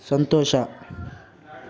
ಸಂತೋಷ